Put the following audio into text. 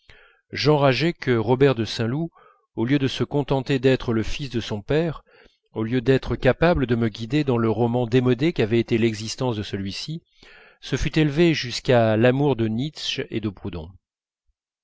j'enrageais que robert de saint loup au lieu de se contenter d'être le fils de son père au lieu d'être capable de me guider dans le roman démodé qu'avait été l'existence de celui-ci se fût élevé jusqu'à l'amour de nietzsche et de proudhon